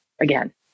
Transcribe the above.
again